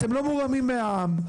אתם לא מורמים מהעם,